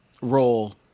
role